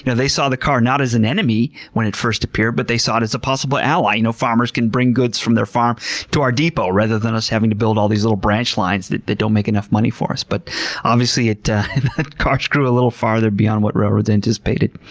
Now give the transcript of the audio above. yeah they saw the car not as an enemy when it first appeared, but they saw it as a possible ally. you know farmers can bring goods from their farm to our depot rather than us having to build all these little branch lines that that don't make enough money for us. but obviously cars grew a little farther beyond what railroads anticipated.